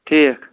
ٹھیٖک